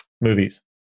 movies